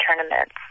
tournaments